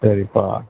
சரிப்பா